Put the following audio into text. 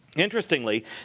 Interestingly